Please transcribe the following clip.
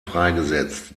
freigesetzt